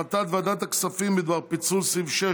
הצעת ועדת הכספים בדבר פיצול סעיף 6